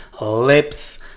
lips